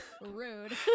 rude